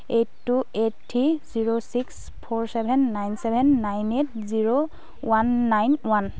eight two eight three zero six four seven nine seven nine eight zero one nine one